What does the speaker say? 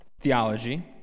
theology